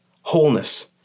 wholeness